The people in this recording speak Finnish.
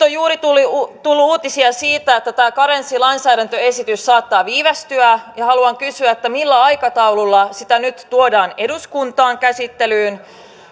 on juuri tullut uutisia siitä että tämä karenssilainsäädäntöesitys saattaa viivästyä ja haluan kysyä millä aikataululla sitä nyt tuodaan eduskuntaan käsittelyyn